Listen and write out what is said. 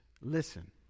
Listen